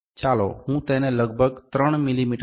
તેથી ચાલો હું તેને લગભગ 3 મી